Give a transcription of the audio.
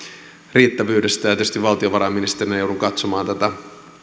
riittävyydestä tietysti valtiovarainministerinä joudun katsomaan tätä